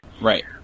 Right